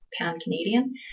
pan-Canadian